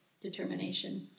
determination